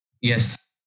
Yes